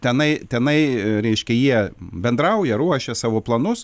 tenai tenai reiškia jie bendrauja ruošia savo planus